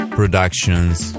productions